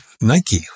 Nike